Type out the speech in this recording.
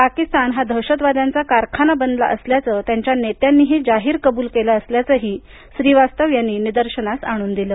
पाकिस्तान हा दहशतवाद्यांचा कारखाना बनला असल्याचं त्यांच्या नेत्यांनीही जाहीर कबूल केलं असल्याचंही श्रीवास्तव यांनी निदर्शनास आणून दिलं